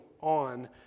on